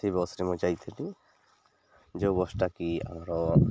ସେଇ ବସ୍ରେ ମୁଁ ଯାଇଥିଲି ଯେଉଁ ବସ୍ଟା କିି ଆମର